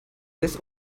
this